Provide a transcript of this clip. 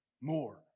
More